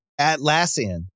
Atlassian